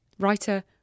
Writer